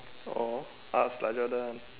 or ask